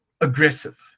aggressive